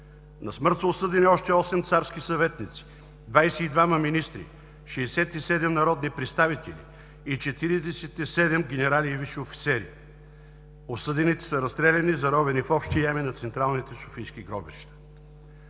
На смърт са осъдени още 8 царски съветници, 22 министри, 67 народни представители и 47 генерали и висши офицери. Осъдените са разстреляни и заровени в общи ями на Централните софийски гробища.